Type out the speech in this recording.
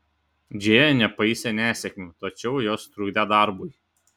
džėja nepaisė nesėkmių tačiau jos trukdė darbui